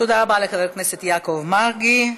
תודה רבה לחבר הכנסת יעקב מרגי.